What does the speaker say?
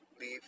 leave